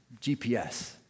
GPS